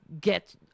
get